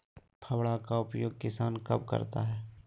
फावड़ा का उपयोग किसान कब करता है?